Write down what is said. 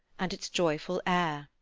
and its joyful air.